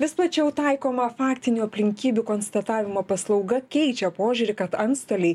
vis plačiau taikoma faktinių aplinkybių konstatavimo paslauga keičia požiūrį kad antstoliai